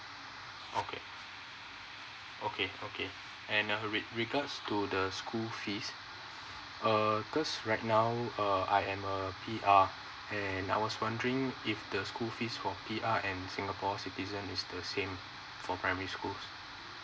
okay okay okay and re~ regards to the school fees err cause right now err I am a P_R then I was wondering if the school fees for P_R and singapore citizen is the same for primary school